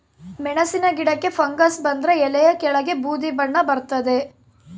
ಮೆಣಸಿನ ಗಿಡಕ್ಕೆ ಫಂಗಸ್ ಬಂದರೆ ಎಲೆಯ ಕೆಳಗೆ ಬೂದಿ ಬಣ್ಣ ಬರ್ತಾದೆ